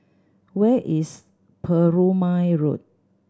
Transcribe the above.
where is Perumal Road